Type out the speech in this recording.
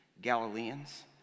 Galileans